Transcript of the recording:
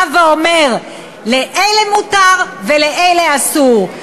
בא ואומר: לאלה מותר ולאלה אסור.